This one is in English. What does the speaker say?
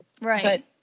right